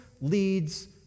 leads